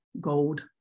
gold